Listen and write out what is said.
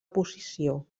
posició